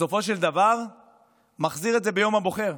בסופו של דבר מחזיר את זה ביום הבוחר,